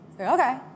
Okay